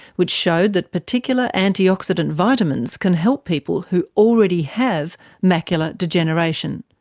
which showed that particular antioxidant vitamins can help people who already have macular degeneration,